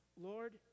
Lord